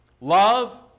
Love